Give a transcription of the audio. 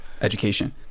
education